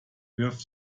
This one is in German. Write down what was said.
wirft